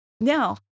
now